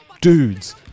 dudes